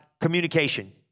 communication